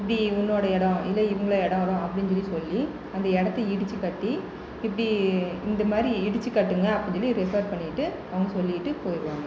இப்படி உன்னோடய இடம் இல்லை இவங்கள இடம் அப்படின் சொல்லி சொல்லி அந்த இடத்த இடித்து கட்டி இப்படி இந்த மாதிரி இடித்து கட்டுங்கள் அப்படினு ரிஃபேர் பண்ணிவிட்டு அவங்க சொல்லிவிட்டு போயிடுவாங்க